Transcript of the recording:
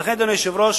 ולכן, אדוני היושב-ראש,